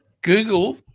Google